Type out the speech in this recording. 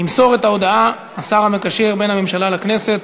ימסור את ההודעה השר המקשר בין הממשלה לכנסת,